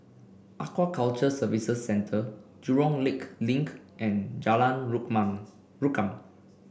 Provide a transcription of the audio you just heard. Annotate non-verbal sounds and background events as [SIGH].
Aquaculture Services Centre Jurong Lake Link and Jalan [UNINTELLIGIBLE] Rukam